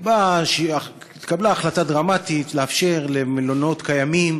התקבלה החלטה דרמטית לאפשר למלונות קיימים